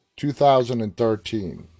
2013